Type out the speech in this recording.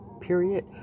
period